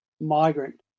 migrant